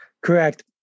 Correct